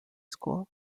school